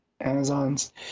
Amazons